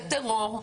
זה טרור,